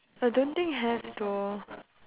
I don't think have though